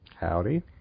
Howdy